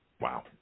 Wow